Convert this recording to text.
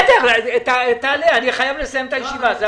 אני חייב לסיים את הישיבה.